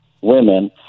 women